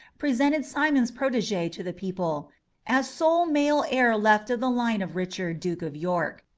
presented simon's protege to the people as sole male heir left of the line of richard, duke of york,